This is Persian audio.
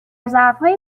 ظرفهای